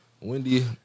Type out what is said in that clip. Wendy